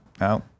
No